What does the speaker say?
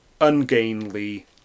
ungainly